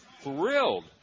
thrilled